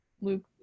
Luke